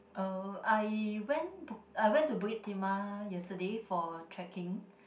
oh I went I went to Bukit-Timah yesterday for trekking